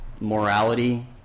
morality –